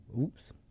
oops